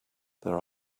there